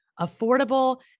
affordable